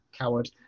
coward